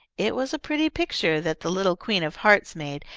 it was a pretty picture that the little queen of hearts made,